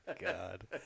God